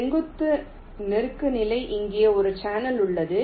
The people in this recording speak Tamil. செங்குத்து நோக்குநிலை இங்கே ஒரு சேனல் உள்ளது